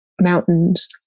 mountains